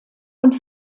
und